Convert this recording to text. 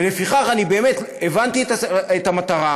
ולפיכך, אני באמת הבנתי את המטרה.